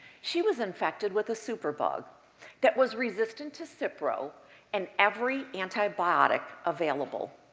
she was infected with a superbug that was resistant to so cipro and every antibiotic available,